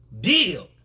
deal